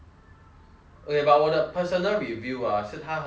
eh but 我的 personal review ah 是它很甜